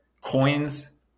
coins